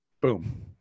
Boom